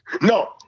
No